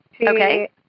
Okay